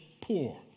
poor